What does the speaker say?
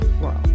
world